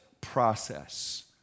process